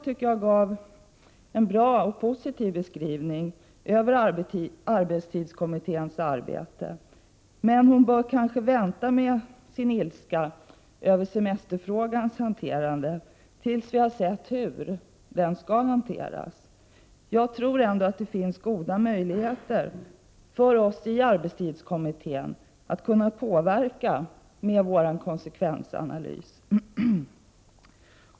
Sonja Rembo gav en bra och positiv beskrivning av arbetstidskommitténs arbete, men hon bör kanske vänta med sin ilska över semesterfrågans hantering tills vi har sett hur den skall hanteras. Jag tror ändå att det finns goda möjligheter för oss i arbetstidskommittén att kunna påverka med vår konsekvensanalys.